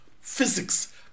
physics